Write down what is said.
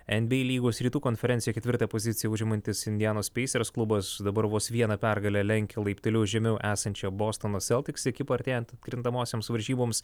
en by ei lygos rytų konferencijoj ketvirtą poziciją užimantis indianos peisers klubas dabar vos viena pergale lenkia laipteliu žemiau esančią bostono selitks ekipą artėjant atkrintamosioms varžyboms